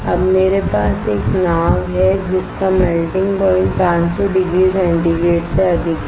अब मेरे पास एक नाव है जिसका मेल्टिंग प्वाइंट 500 डिग्री सेंटीग्रेड से अधिक है